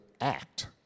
act